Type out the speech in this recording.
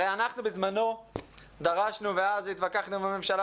הרי אנחנו בזמנו דרשנו ואז התווכחנו עם הממשלה